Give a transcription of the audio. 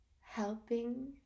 helping